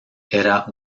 era